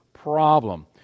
Problem